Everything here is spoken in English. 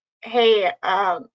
hey